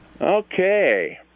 Okay